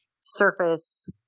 surface